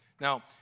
Now